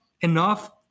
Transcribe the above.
enough